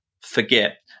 forget